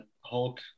Hulk